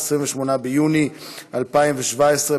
28 ביוני 2017,